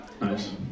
Nice